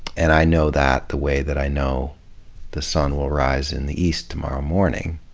and i know that the way that i know the sun will rise in the east tomorrow morning.